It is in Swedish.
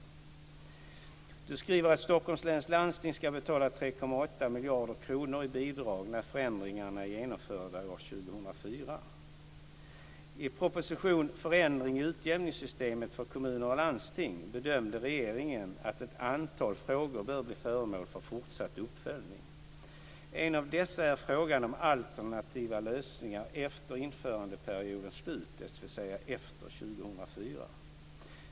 Margareta Cederfelt skriver att Stockholms läns landsting ska betala 3,8 miljarder kronor i bidrag när förändringarna är genomförda år 2004. I proposition Förändringar i utjämningssystemet för kommuner och landsting bedömde regeringen att ett antal frågor bör bli föremål för fortsatt uppföljning. En av dessa är frågan om alternativa lösningar efter införandeperiodens slut, dvs. efter år 2004.